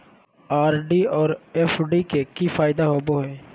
RD और FD के की फायदा होबो हइ?